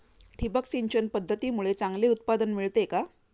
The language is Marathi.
ठिबक सिंचन पद्धतीमुळे चांगले उत्पादन मिळते का?